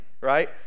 right